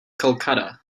kolkata